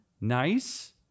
Nice